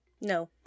No